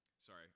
Sorry